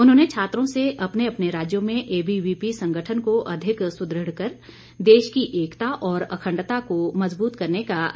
उन्होंने छात्रों से अपने अपने राज्यों में एबीवीपी संगठन को अधिक सुदृढ़ कर देश की एकता और अखंडता को मजबूत करने का आग्रह किया